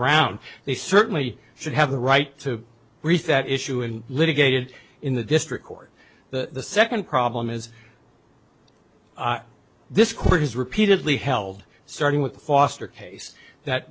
ground they certainly should have the right to reach that issue and litigated in the district court the second problem is this court has repeatedly held starting with the foster case that